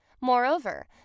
Moreover